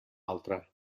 altra